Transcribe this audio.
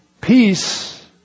Peace